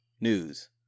news